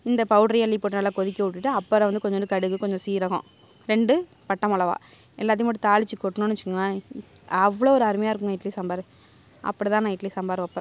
இந்த பவுடரையும் அள்ளி போட்டு நல்லா கொதிக்கவுட்டுவிட்டு அப்புறம் வந்து கொஞ்சோண்டு கடுகு கொஞ்சம் சீரகம் ரெண்டு பட்டை மிளவா எல்லாத்தையும் போட்டு தாளிச்சு கொட்டினோம்னு வச்சுகோங்களேன் அவ்வளோ ஒரு அருமையாக இருக்குங்க இட்லி சாம்பார் அப்படிதான் நான் இட்லி சாம்பார் வைப்பேன்